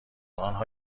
آنها